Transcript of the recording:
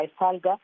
SALGA